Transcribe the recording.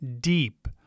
deep